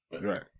Right